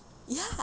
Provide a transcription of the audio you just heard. ya